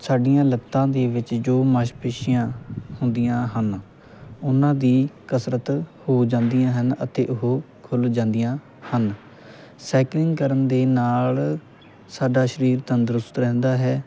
ਸਾਡੀਆਂ ਲੱਤਾਂ ਦੇ ਵਿੱਚ ਜੋ ਮਾਸਪੇਸ਼ੀਆਂ ਹੁੰਦੀਆਂ ਹਨ ਉਹਨਾਂ ਦੀ ਕਸਰਤ ਹੋ ਜਾਂਦੀਆਂ ਹਨ ਅਤੇ ਉਹ ਖੁੱਲ ਜਾਂਦੀਆਂ ਹਨ ਸਾਈਕਲਿੰਗ ਕਰਨ ਦੇ ਨਾਲ ਸਾਡਾ ਸਰੀਰ ਤੰਦਰੁਸਤ ਰਹਿੰਦਾ ਹੈ